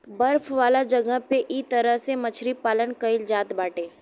बर्फ वाला जगह पे इ तरह से मछरी पालन कईल जात बाड़े